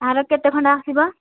ଆର କେତେ ଖଣ୍ଡ ଆସିବ